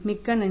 மிக்க நன்றி